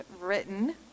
written